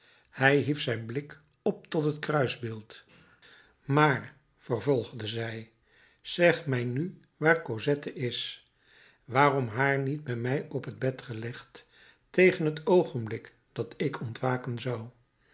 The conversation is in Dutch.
hij hief zijn blik op tot het kruisbeeld maar vervolgde zij zeg mij nu waar cosette is waarom haar niet bij mij op t bed gelegd tegen t oogenblik dat ik ontwaken zou